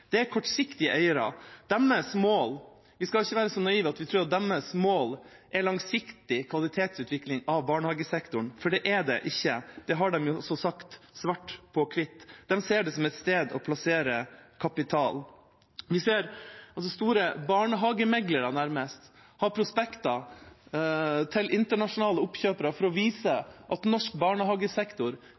er kortsiktige eiere. Vi skal ikke være så naive at vi tror at deres mål er langsiktig kvalitetsutvikling av barnehagesektoren, for det er det ikke. Det har de også sagt svart på hvitt. De ser det som et sted å plassere kapital. Store barnehagemeglere, som det nærmest kan kalles, har prospekter til internasjonale oppkjøpere for å vise at norsk barnehagesektor